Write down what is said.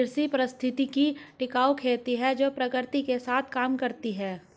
कृषि पारिस्थितिकी टिकाऊ खेती है जो प्रकृति के साथ काम करती है